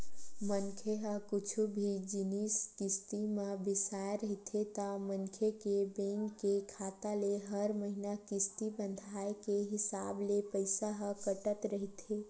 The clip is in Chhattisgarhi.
मनखे ह कुछु भी जिनिस किस्ती म बिसाय रहिथे ता मनखे के बेंक के खाता ले हर महिना किस्ती बंधाय के हिसाब ले पइसा ह कटत रहिथे